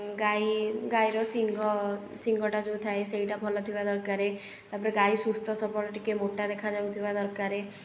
ଗାଈ ଗାଈର ସିଙ୍ଘ ସିଙ୍ଘଟା ଯେଉଁ ଥାଏ ସେଇଟା ଭଲ ଥିବା ଦରକାର ତା'ପରେ ଗାଈ ସୁସ୍ଥ ସବଳ ଟିକେ ମୋଟା ଦେଖାଯାଉଥିବା ଦରକାର